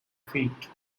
feet